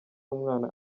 umwana